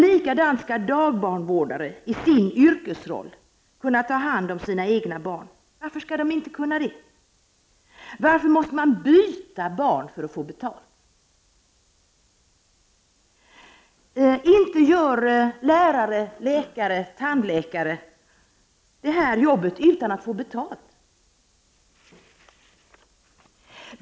Likadant skall dagbarnvårdare i sin yrkesroll kunna ta hand om sina barn. Varför skall de inte kunna det? Varför måste man byta barn för att få betalt? Inte gör lärare, läkare eller tandläkare det jobbet utan att få betalt!